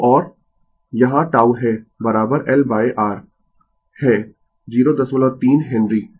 तो और यहाँ τ है L R l है 03 हेनरी